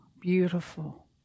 beautiful